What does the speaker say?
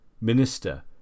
Minister